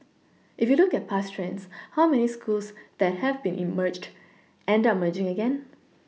if you look at past trends how many schools that have been in merged end up merging again